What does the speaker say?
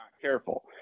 Careful